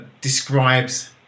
describes